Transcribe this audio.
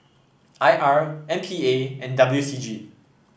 I R M P A and W C G